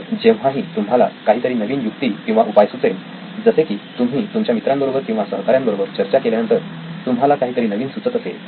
तर जेव्हाही तुम्हाला कुठलीतरी नवीन युक्ती किंवा उपाय सुचेल जसे की तुम्ही तुमच्या मित्रांबरोबर किंवा सहकाऱ्यांबरोबर चर्चा केल्यानंतर तुम्हाला काहीतरी नवीन सुचत असेल